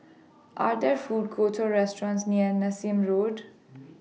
Are There Food Courts Or restaurants near Nassim Road